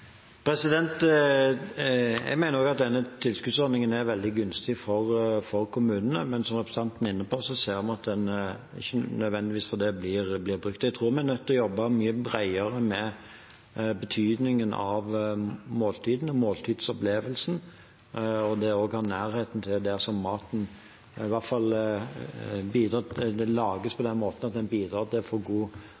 Jeg mener også at denne tilskuddsordningen er veldig gunstig for kommunene, men som representanten er inne på, ser vi at den ikke nødvendigvis blir brukt likevel. Jeg tror vi er nødt til å jobbe mye bredere med betydningen av måltidene, måltidsopplevelsen, og det å ha nærhet til der maten lages, at den i hvert fall lages på den måten at det